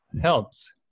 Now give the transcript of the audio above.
helps